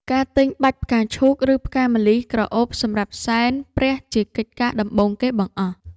ការទិញបាច់ផ្កាឈូក ឬផ្កាម្លិះក្រអូបសម្រាប់សែនព្រះជាកិច្ចការដំបូងគេបង្អស់។